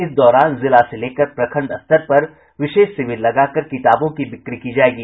इस दौरान जिला से लेकर प्रखण्ड स्तर पर विशेष शिविर लगाकर किताबों की बिक्री की जायेगी